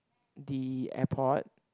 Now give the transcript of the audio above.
the airport